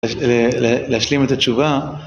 להשלים את התשובה